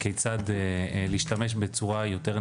ואני חושב שכדאי שזה ייעשה בגובה העיניים,